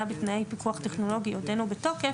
בתנאי פיקוח טכנולוגי עודנו בתוקף,